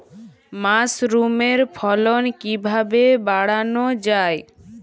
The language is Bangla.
মাসরুমের ফলন কিভাবে বাড়ানো যায়?